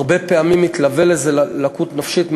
הרבה פעמים מתלווה לזה לקות נפשית,